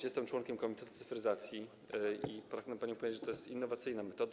Jestem członkiem komitetu cyfryzacji i pragnę pani powiedzieć, że to jest innowacyjna metoda.